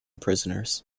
prisoners